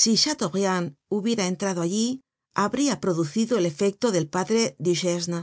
si chateaubriand hubiera entrado allí habria producido el efecto del padre duchesne